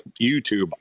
YouTube